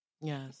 Yes